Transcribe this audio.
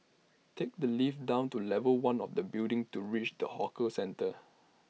take the lift down to level one of the building to reach the hawker centre